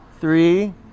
Three